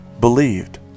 believed